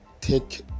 take